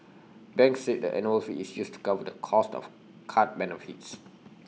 banks said the annual fee is used to cover the cost of card benefits